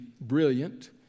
brilliant